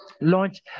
launch